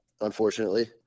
unfortunately